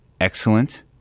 excellent